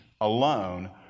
alone